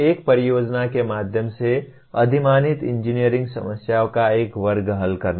एक परियोजना के माध्यम से अधिमानतः इंजीनियरिंग समस्याओं का एक वर्ग हल करना